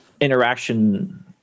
interaction